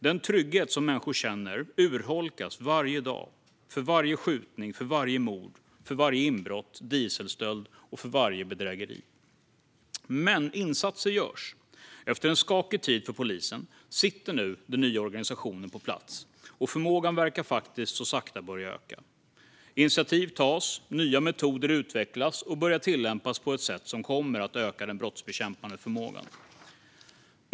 Den trygghet som människor känner urholkas varje dag - för varje skjutning, för varje mord, för varje inbrott, för varje dieselstöld och för varje bedrägeri. Men insatser görs. Efter en skakig tid för polisen sitter nu den nya organisationen på plats, och förmågan verkar faktiskt så sakta börja öka. Initiativ tas. Nya metoder utvecklas och börjar tillämpas på ett sätt som kommer att öka den brottsbekämpande förmågan.